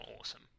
awesome